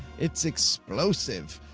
it's explosive.